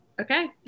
Okay